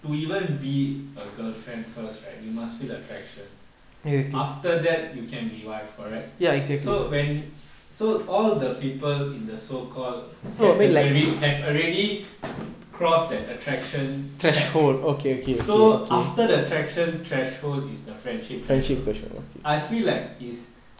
to even be a girlfriend first right you must feel the attraction after that you can be wife correct so when so all the people in the so called category have already crossed that attraction shack so after the attraction threshold is their friendship threshold I feel like is